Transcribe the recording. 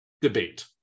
debate